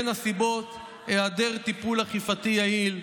בין הסיבות, היעדר טיפול אכיפתי יעיל,